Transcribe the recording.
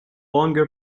longer